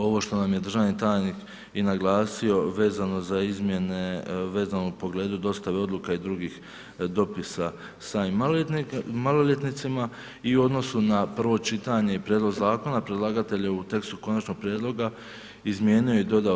Ovo što nam je državni tajnik i naglasio vezano za izmjene, vezano u pogledu dostave odluka i drugih dopisa samim maloljetnicima i u odnosu na prvo čitanje i prijedlog zakona predlagatelj je u tekstu konačnog prijedloga izmijenio i dodao.